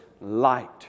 light